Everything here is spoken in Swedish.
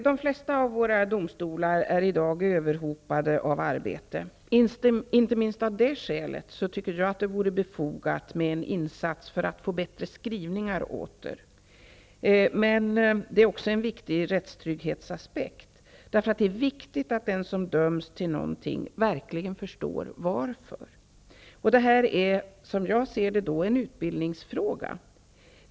De flesta av våra domstolar är i dag överhopade av arbete. Inte minst av det skälet vore det enligt min mening befogat med en insats för att få bättre skrivningar. Det är också en viktig rättstrygghetsaspekt, därför att det är viktigt att den som döms till något verkligen förstår varför. Det här är, som jag ser det, en utbildningsfråga.